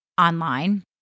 online